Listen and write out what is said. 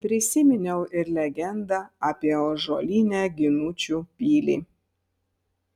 prisiminiau ir legendą apie ąžuolinę ginučių pilį